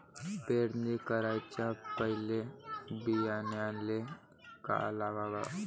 पेरणी कराच्या पयले बियान्याले का लावाव?